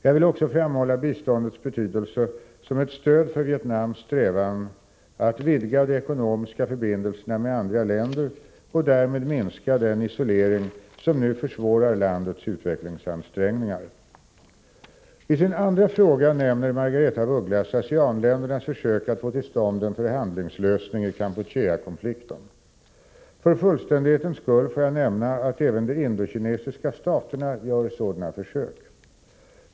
Jag vill också framhålla biståndets betydelse som ett stöd för Vietnams strävanden att vidga de ekonomiska förbindelserna med andra länder och därmed minska den isolering som nu försvårar landets utvecklingsansträngningar. I sin andra fråga nämner Margaretha af Ugglas ASEAN-ländernas försök att få till stånd en förhandlingslösning i Kampuchea-konflikten. För fullständighetens skull får jag nämna att även de indokinesiska staterna gör sådana försök.